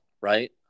right